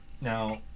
Now